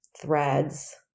threads